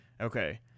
Okay